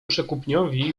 przekupniowi